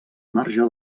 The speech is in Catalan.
marge